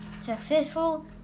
successful